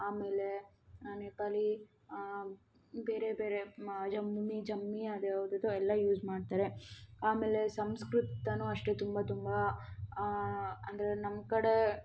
ಆಮೇಲೆ ನೇಪಾಲಿ ಬೇರೆ ಬೇರೆ ಮ ಯಮ್ಮಿ ಜಮ್ಮಿ ಅದು ಯಾವ್ದದೋ ಎಲ್ಲ ಯೂಸ್ ಮಾಡ್ತಾರೆ ಆಮೇಲೆ ಸಂಸ್ಕೃತನೂ ಅಷ್ಟೇ ತುಂಬ ತುಂಬ ಅಂದರೆ ನಮ್ಮ ಕಡೆ